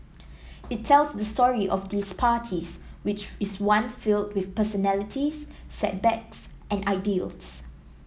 it tells the story of these parties which is one filled with personalities setbacks and ideals